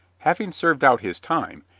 having served out his time,